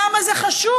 למה זה חשוב?